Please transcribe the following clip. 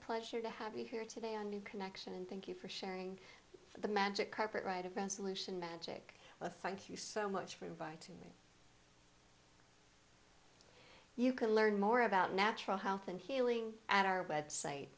pleasure to have you here today a new connection and thank you for sharing the magic carpet ride around solution magic or thank you so much for inviting me you can learn more about natural health and healing at our website